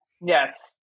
Yes